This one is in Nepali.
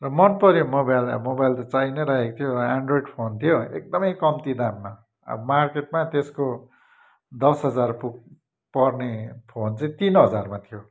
र मनपऱ्यो मोबाइल अब मोबाइल त चाहिनैरहेको थियो एन्ड्रोइड फोन थियो एकदमै कम्ती दाममा अब मार्केटमा त्यसको दस हजार पुग् पर्ने फोन चाहिँ तिन हजारमा थियो